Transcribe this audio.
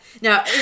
Now